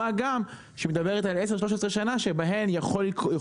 מה גם שהיא מדברת על עשר עד 13 שנה שבהן יכולים